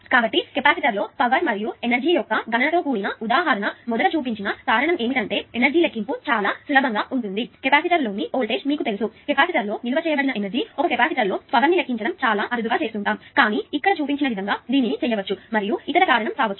కాబట్టి కెపాసిటర్ల లో పవర్ మరియు ఎనర్జీ యొక్క గణన తో కూడిన ఉదాహరణ మొదట చూపించిన కారణం ఏమిటంటే ఎనర్జీ లెక్కింపు చాలా సులభంగా ఉంటుంది కెపాసిటర్లోని వోల్టేజ్ మీకు తెలుసు కెపాసిటర్లో నిల్వ చేయబడిన ఎనర్జీ తెలుసు ఒక కెపాసిటర్లో పవర్ ను లెక్కించడం చాలా అరుదుగా చేస్తుంటాము కానీ ఇక్కడ చూపించిన విధంగా దీనిని చేయవచ్చు మరియు ఇతర కారణం కావచ్చు